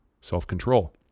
self-control